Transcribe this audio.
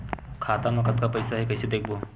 खाता मा कतका पईसा हे कइसे देखबो?